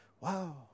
wow